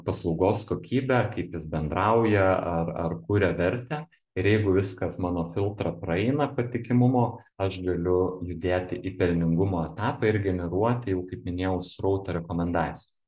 paslaugos kokybę kaip jis bendrauja ar ar kuria vertę ir jeigu viskas mano filtrą praeina patikimumo aš galiu judėti į pelningumo etapą ir generuoti jau kaip minėjau srautą rekomendacijų